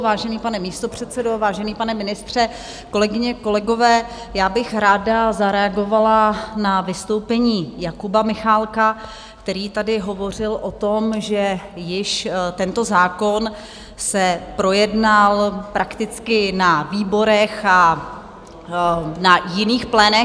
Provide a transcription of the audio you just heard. Vážený pane místopředsedo, vážený pane ministře, kolegyně, kolegové, ráda bych zareagovala na vystoupení Jakuba Michálka, který tady hovořil o tom, že již tento zákon se projednal prakticky na výborech a na jiných plénech.